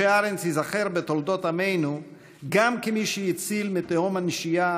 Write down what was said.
משה ארנס ייזכר בתולדות עמנו גם כמי שהציל מתהום הנשייה